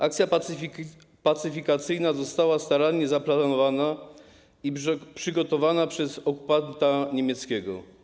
Akcja pacyfikacyjna została starannie zaplanowana i przygotowana przez okupanta niemieckiego.